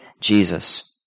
Jesus